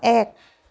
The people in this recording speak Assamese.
এক